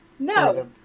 No